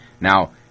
Now